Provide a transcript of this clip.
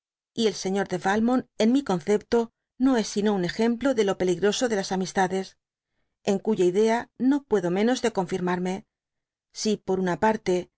y el señor de yalmont en mi concepto no es sino un ejemplo de lo peligroso de las amistades en puya idea no puedo menos de confirmarme si por una parte